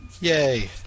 Yay